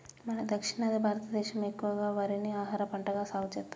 మన దక్షిణాది భారతదేసం ఎక్కువగా వరిని ఆహారపంటగా సాగుసెత్తారు